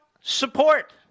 support